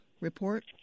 report